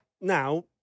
now